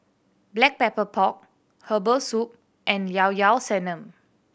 Black Pepper Pork herbal soup and Llao Llao Sanum